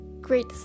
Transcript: great